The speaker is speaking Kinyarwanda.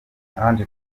ange